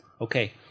Okay